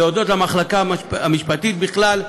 להודות למחלקה המשפטית בכלל,